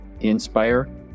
inspire